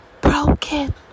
broken